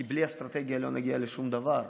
כי בלי אסטרטגיה לא נגיע לשום דבר,